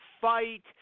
fight